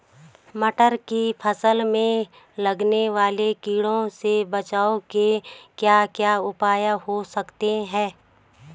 मटर की फसल में लगने वाले कीड़ों से बचाव के क्या क्या उपाय हो सकते हैं?